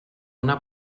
una